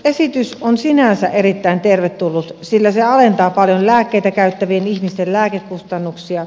esitys on sinänsä erittäin tervetullut sillä se alentaa paljon lääkkeitä käyttävien ihmisten lääkekustannuksia